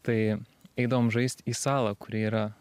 tai eidavom žaist į salą kuri yra